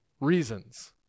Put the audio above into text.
reasons